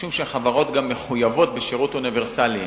משום שהחברות גם מחויבות בשירות אוניברסלי,